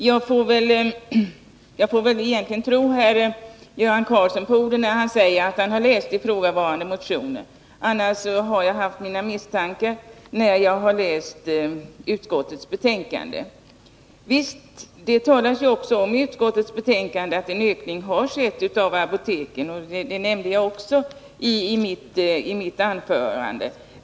Herr talman! Jag får väl tro Göran Karlsson när han säger att han har läst ifrågavarande motioner. Annars har jag haft mina misstankar när jag läst utskottets betänkande. Visst talas det om i utskottets betänkande att det har skett en ökning av antalet apotek. Det nämnde jag också i mitt anförande.